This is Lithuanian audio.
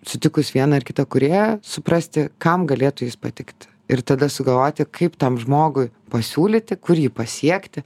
sutikus vieną ar kitą kūrėją suprasti kam galėtų patikti ir tada sugalvoti kaip tam žmogui pasiūlyti kur jį pasiekti